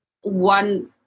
one